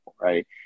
right